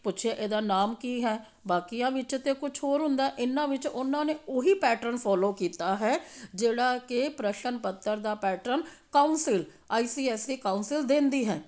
ਪੁੱਛਿਆ ਇਹਦਾ ਨਾਮ ਕੀ ਹੈ ਬਾਕੀਆਂ ਵਿੱਚ ਤਾਂ ਕੁਛ ਹੋਰ ਹੁੰਦਾ ਇਹਨਾਂ ਵਿੱਚ ਉਹਨਾਂ ਨੇ ਉਹੀ ਪੈਟਰਨ ਫੋਲੋ ਕੀਤਾ ਹੈ ਜਿਹੜਾ ਕਿ ਪ੍ਰਸ਼ਨ ਪੱਤਰ ਦਾ pattern council I C S E council ਦਿੰਦੀ ਹੈ